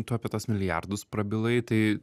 tu apie tuos milijardus prabilai tai